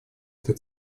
этой